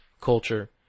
culture